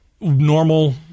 Normal